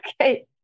Okay